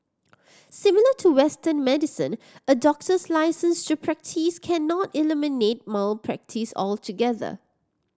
similar to Western medicine a doctor's licence to practise cannot eliminate malpractice altogether